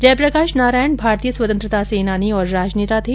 जयप्रकाश नारायण भारतीय स्वतंत्रता सेनानी और राजनेता थे